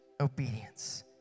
obedience